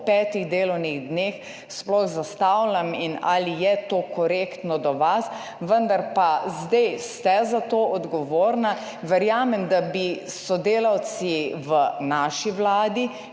po petih delovnih dneh sploh zastavljam in ali je to korektno do vas. Vendar pa ste zdaj odgovorni za to, verjamem, da bi morali sodelavci v naši vladi